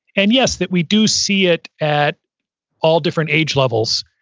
and, yes, that we do see it at all different age levels,